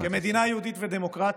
כמדינה יהודית ודמוקרטית,